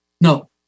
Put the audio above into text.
No